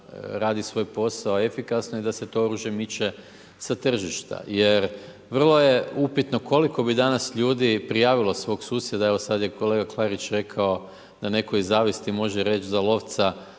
radi svoj posao efikasno i da se to oružje miče sa tržišta. Jer, vrlo je upitno, koliko bi danas ljudi prijavilo svog susjeda, kolega Klarić je rekao, da netko iz zavisti može reći za lovca,